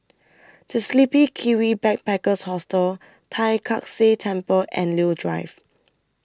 The Sleepy Kiwi Backpackers Hostel Tai Kak Seah Temple and Leo Drive